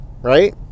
right